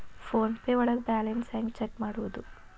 Phone pay ಒಳಗ balance ಹೆಂಗ್ check ಮಾಡುವುದು?